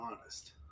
honest